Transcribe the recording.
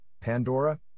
Pandora